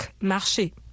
marcher